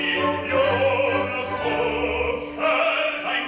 yeah i